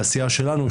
מהסיעה שלנו,